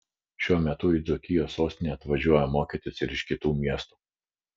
šiuo metu į dzūkijos sostinę atvažiuoja mokytis ir iš kitų miestų